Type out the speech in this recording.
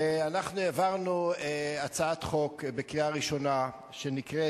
ואנחנו העברנו הצעת חוק בקריאה ראשונה שנקראת